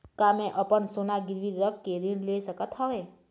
का मैं अपन सोना गिरवी रख के ऋण ले सकत हावे?